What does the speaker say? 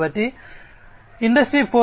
కాబట్టి ఇండస్ట్రీ 4